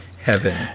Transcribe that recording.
Heaven